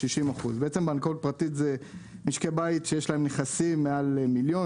60%. בנקאות פרטית זה משקי בית שיש להם נכסים מעל מיליון,